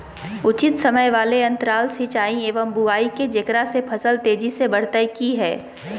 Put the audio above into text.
उचित समय वाले अंतराल सिंचाई एवं बुआई के जेकरा से फसल तेजी से बढ़तै कि हेय?